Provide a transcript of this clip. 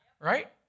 Right